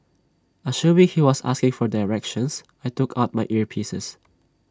assuming he was asking for directions I took out my earpieces